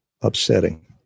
upsetting